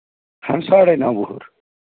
ہاں ساڑے نو وُہُر